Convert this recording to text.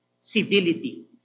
civility